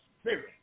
Spirit